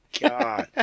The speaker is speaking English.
God